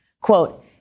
Quote